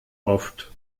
oft